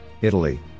Italy